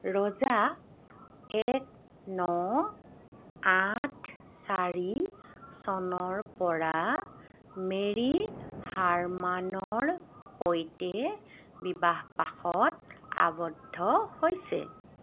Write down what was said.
ৰজা এক ন আঠ চাৰি চনৰ পৰা মেৰী হাৰ্মানৰ সৈতে বিবাহপাশত আবদ্ধ হৈছে